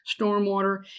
stormwater